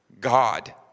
God